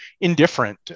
indifferent